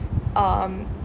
um